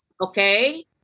Okay